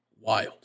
wild